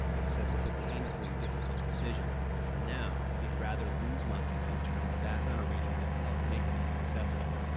he says it's a painfully difficult decision, but for now, he'd rather lose money than turn his back on a region that's helped make him successful.